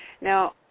Now